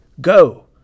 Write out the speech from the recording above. go